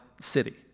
city